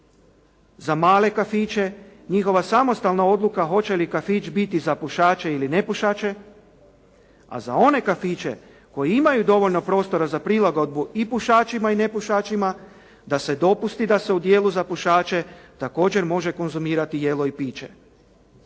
Za male kafiće njihova samostalna odluka hoće li kafić biti za pušače ili nepušače, a za one kafiće koji imaju dovoljno prostora za prilagodbu i pušačima i nepušačima, da se dopusti da se u dijelu za pušače također može konzumirati jelo i piće.